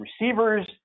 receivers